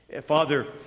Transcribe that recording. Father